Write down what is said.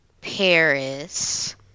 Paris